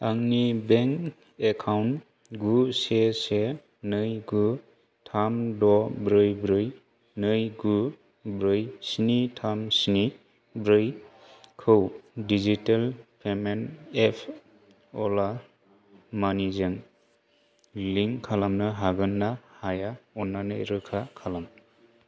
आंनि bank account गु से से नै गु थाम द' ब्रै ब्रै नै गु ब्रै स्नि थाम स्नि ब्रै खौ डिजिटेल पेमेन्ट एप अला मानि जों लिंक खालामनो हागोन ना हाया अन्नानै रोखा खालाम